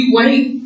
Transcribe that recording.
wait